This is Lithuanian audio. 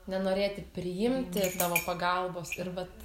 nenorėti priimti tavo pagalbos ir vat